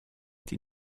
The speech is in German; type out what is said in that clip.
die